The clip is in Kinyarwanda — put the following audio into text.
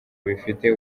bifite